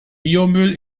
biomüll